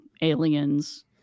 aliens